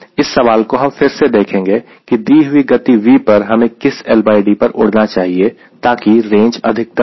इस सवाल को हम फिर से देखेंगे कि दी हुई गति V पर हमें किस LD पर उड़ना चाहिए ताकि रेंज अधिकतम हो